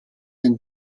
den